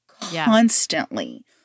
constantly